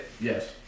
yes